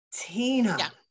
Tina